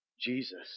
Jesus